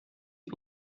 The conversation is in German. ihr